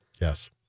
yes